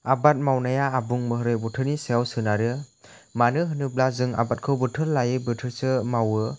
आबाद मावनाया आबुं महरै बोथोरनि सायाव सोनारो मानो होनोब्ला जों आबादखौ बोथोर लायै बोथोरसो मावो